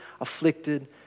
afflicted